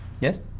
Yes